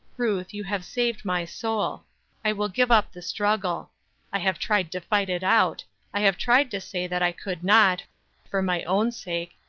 ruth, you have saved my soul i will give up the struggle i have tried to fight it out i have tried to say that i could not for my own sake,